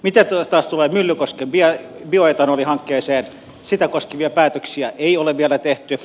mitä taas tulee myllykosken bioetanolihankkeeseen sitä koskevia päätöksiä ei ole vielä tehty